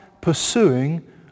pursuing